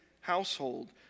household